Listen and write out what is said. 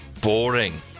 boring